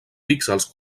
píxels